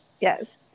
yes